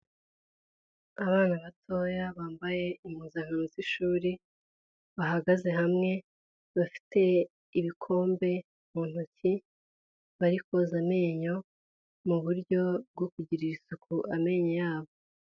Abana batoya bambaye impuzankano z'ishuri, bahagaze hamwe, bafite ibikombe mu ntoki bari koza amenyo, mu buryo bwo kugirira isuku amenyo yabo.